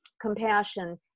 compassion